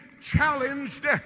challenged